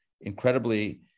incredibly